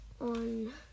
on